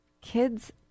kids